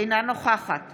אינה נוכחת